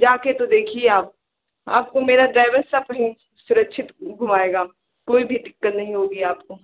जाके तो देखिए आप आपको मेरा ड्राइवर सब जगह सुरक्षित घुमएगा कोई भी दिक्कत नहीं होंगी आपको